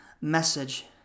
message